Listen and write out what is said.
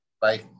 Bye